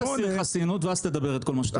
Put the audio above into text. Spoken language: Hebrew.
תסיר חסינות ואז תדבר את כל מה שאתה אומר.